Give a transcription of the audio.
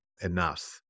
enough